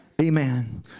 Amen